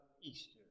Easter